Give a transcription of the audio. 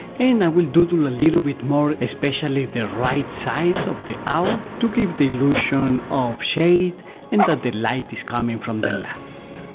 and i will doodle a little bit more, especially the right side of the owl, to give the illusion of shade and that the light is coming from the left.